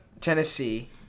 Tennessee